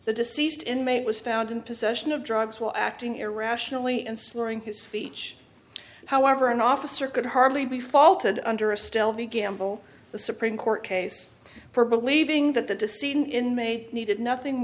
the deceased inmate was found in possession of drugs while acting irrationally and slurring his speech however an officer could hardly be faulted under a still the gamble the supreme court case for believing that the decision in made needed nothing